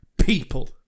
People